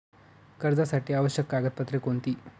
कर्जासाठी आवश्यक कागदपत्रे कोणती?